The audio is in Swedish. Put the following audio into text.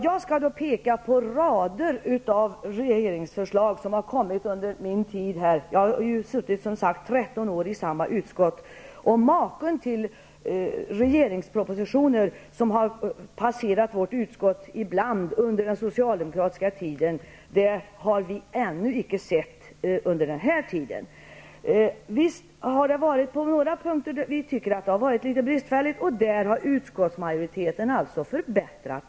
Jag kan då peka på rader av regeringsförslag som har kommit under mina 13 år i samma utskott. Maken till regeringspropositioner som ibland passerat vårt utskott under den socialdemokratiska tiden har vi ännu icke sett under den här tiden. På några punkter har vi tyckt att förslaget var bristfälligt, och där har utskottsmajoriteten förbättrat förslaget.